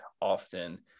often